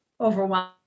overwhelmed